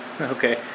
Okay